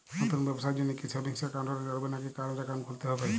নতুন ব্যবসার জন্যে কি সেভিংস একাউন্ট হলে চলবে নাকি কারেন্ট একাউন্ট খুলতে হবে?